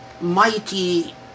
mighty